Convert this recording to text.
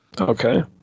Okay